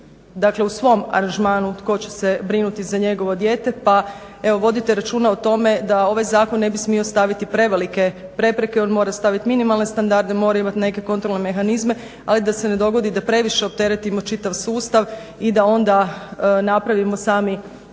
dakle u svom aranžmanu tko će se brinuti za njegovo dijete. Pa evo vodite računa o tome da ovaj zakon ne bi smio staviti prevelike prepreke. On mora staviti minimalne standarde, mora imati neke kontrolne mehanizme, ali da se ne dogodi da previše opteretimo čitav sustav i da onda napravimo sami